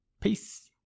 Peace